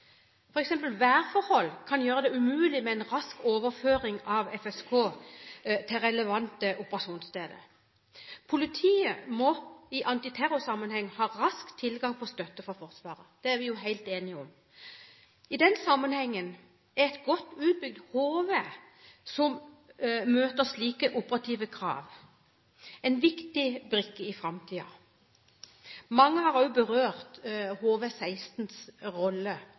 kan værforhold gjøre det umulig med en rask overføring av FSK til relevante operasjonssteder. Politiet må i antiterrorsammenheng ha rask tilgang på støtte fra Forsvaret. Det er vi jo helt enige om. I den sammenhengen er et godt utbygd HV som møter slike operative krav, en viktig brikke i framtiden. Mange har berørt HV-16s rolle